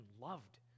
loved